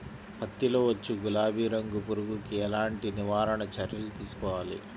పత్తిలో వచ్చు గులాబీ రంగు పురుగుకి ఎలాంటి నివారణ చర్యలు తీసుకోవాలి?